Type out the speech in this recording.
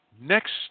next